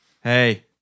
Hey